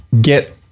get